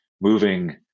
moving